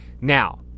Now